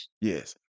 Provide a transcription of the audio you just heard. yes